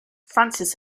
frances